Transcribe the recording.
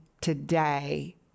today